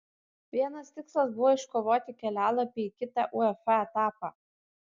vienas tikslas buvo iškovoti kelialapį į kitą uefa etapą